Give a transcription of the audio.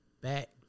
Back